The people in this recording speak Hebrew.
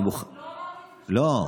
לא,